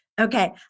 Okay